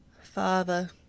Father